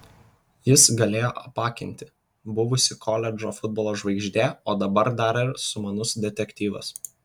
jis galėjo apakinti buvusi koledžo futbolo žvaigždė o dabar dar ir sumanus detektyvas